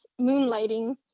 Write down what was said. moonlighting